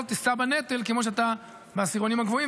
תישא בנטל כמו שאתה בעשירונים הגבוהים,